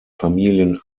familien